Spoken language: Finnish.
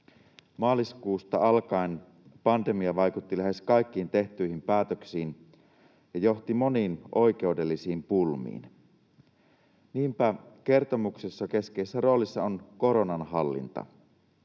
Maaliskuusta alkaen pandemia vaikutti lähes kaikkiin tehtyihin päätöksiin ja johti moniin oikeudellisiin pulmiin. Niinpä kertomuksessa keskeisessä roolissa on koronan hallinta.